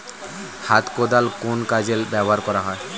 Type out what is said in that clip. হাত কোদাল কোন কাজে ব্যবহার করা হয়?